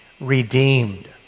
Redeemed